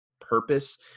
purpose